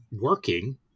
working